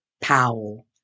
Powell